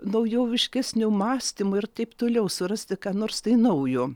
naujoviškesnio mąstymo ir taip toliau surasti ką nors tai naujo